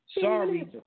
Sorry